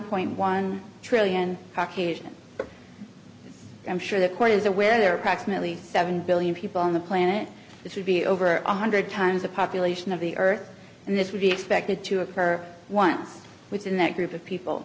point one trillion caucasian i'm sure the court is aware there proximately seven billion people on the planet this would be over one hundred times the population of the earth and this would be expected to occur once within that group of people